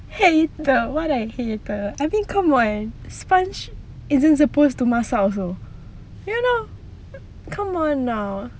!hey! the what a hater I mean come on sponge isn't supposed to masak also you know come on now